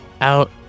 out